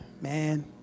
man